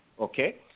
Okay